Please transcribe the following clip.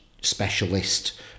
specialist